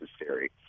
necessary